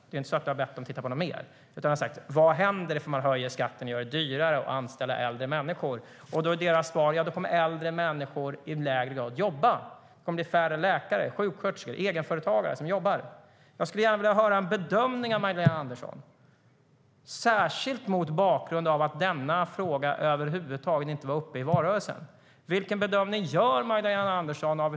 Det är inte så att du har bett dem att titta på något mer, utan du har sagt: Vad händer om man höjer skatten och gör det dyrare att anställa äldre människor? Då är deras svar: Ja, då kommer äldre människor i lägre grad att jobba. Det kommer att bli färre läkare, sjuksköterskor och egenföretagare som jobbar. Jag skulle gärna vilja höra en bedömning av Magdalena Andersson, särskilt mot bakgrund av att denna fråga över huvud taget inte var uppe i valrörelsen. Vilken bedömning gör Magdalena Andersson?